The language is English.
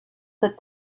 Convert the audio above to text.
that